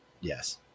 Yes